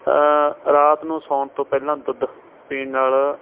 ਰਾਤ ਨੂੰ ਸੌਣ ਤੋਂ ਪਹਿਲਾਂ ਦੁੱਧ ਪੀਣ ਨਾਲ